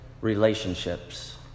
relationships